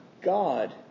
God